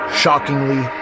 shockingly